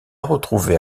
retrouvé